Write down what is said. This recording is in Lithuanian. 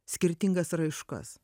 skirtingas raiškas